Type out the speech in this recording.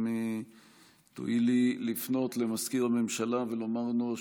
אם תואילי לפנות למזכיר הממשלה ולומר לו,